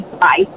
Bye